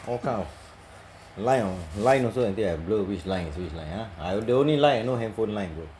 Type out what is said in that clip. all kind of line or line also until I blur which line is which line ah I the only line I know handphone line bro